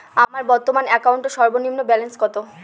আমার বর্তমান অ্যাকাউন্টের সর্বনিম্ন ব্যালেন্স কত?